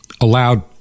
allowed